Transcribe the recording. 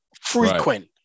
Frequent